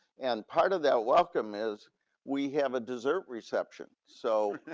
and part of that welcome is we have a dessert reception. so,